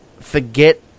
forget